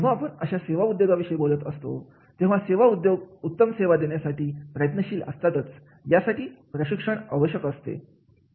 जेव्हा आपण अशा सेवा उद्योगाविषयी बोलत असतो तेव्हा सेवा उद्योग उत्तम सेवा देण्यासाठी प्रयत्नशील असतात यासाठी प्रशिक्षण आवश्यक असते